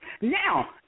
Now